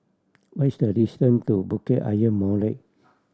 what is the distance to Bukit Ayer Molek